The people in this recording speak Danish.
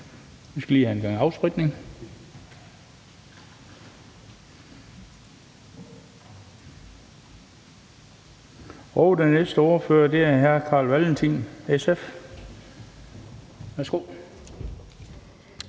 Vi skal lige have en gang afspritning. Den næste ordfører er hr. Carl Valentin, SF. Værsgo.